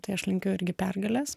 tai aš linkiu irgi pergalės